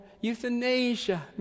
euthanasia